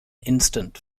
instant